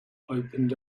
opened